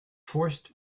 forced